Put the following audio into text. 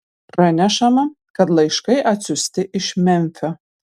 pranešama kad laiškai atsiųsti iš memfio